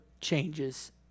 changes